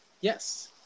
Yes